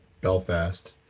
Belfast